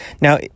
Now